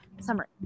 summary